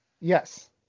Yes